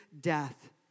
death